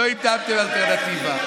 לא, אלטרנטיבה.